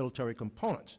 military components